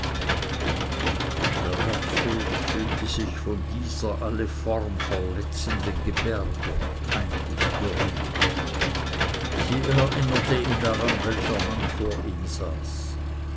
der herzog fühlte sich von dieser alle form verletzenden gebärde peinlich berührt sie erinnerte ihn daran welcher mann vor ihm saß